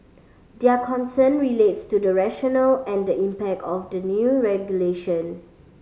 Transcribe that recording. their concern relates to the rationale and the impact of the new regulation